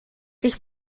sich